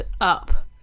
up